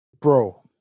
bro